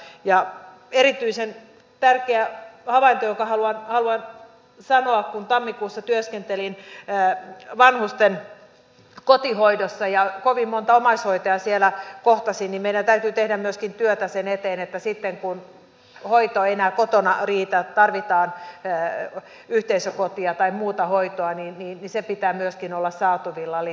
erityisen tärkeä havainto jonka haluan sanoa on kun tammikuussa työskentelin vanhusten kotihoidossa ja kovin monta omaishoitajaa siellä kohtasin että meidän täytyy tehdä myöskin työtä sen eteen että sitten kun hoito ei enää kotona riitä ja tarvitaan yhteisökotia tai muuta hoitoa sen pitää myöskin olla saatavilla